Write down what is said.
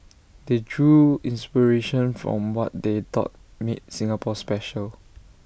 they drew inspiration from what they thought made Singapore special